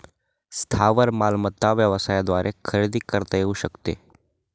स्थावर मालमत्ता व्यवसायाद्वारे खरेदी करता येऊ शकते